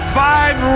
five